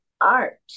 art